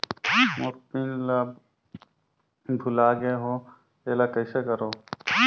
मोर PIN ला भुला गे हो एला कइसे करो?